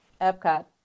Epcot